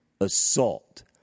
assault